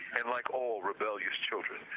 and like all rebellious children,